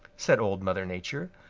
said old mother nature.